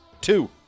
two